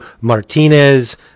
Martinez